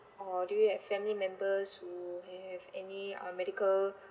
or do you have family members who have any uh medical